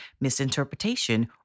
misinterpretation